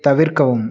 தவிர்க்கவும்